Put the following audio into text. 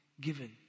given